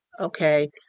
Okay